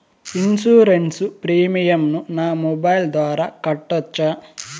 Insurance premium ను నా mobile ద్వారా కట్టొచ్చా?